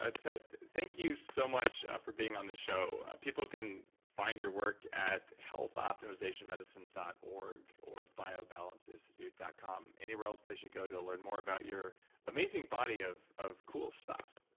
ah ted, thank you so much for being on the show. people find your work at healthoptimzationmedicine dot org or biobalanceinstitute dot com. anywhere else they should go to learn more about your amazing body of of cool stuff?